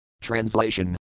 Translation